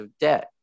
debt